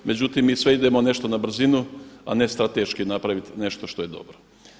Međutim, mi sve idemo nešto na brzinu, a ne strateški napraviti nešto što je dobro.